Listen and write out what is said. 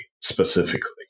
specifically